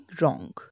wrong